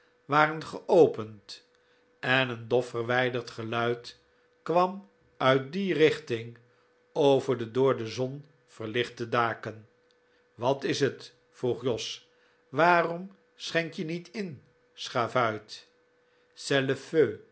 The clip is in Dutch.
waren geopend en een dof verwijderd geluid kwam uit die richting over de door de zon verlichte daken watishet vroegjos waarom schenk je niet in schavuit